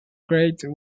great